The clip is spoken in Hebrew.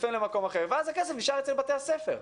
לפעמים למקום אחר ואז הכסף נשאר אצל בתי הספר.